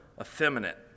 effeminate